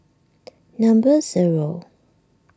number zero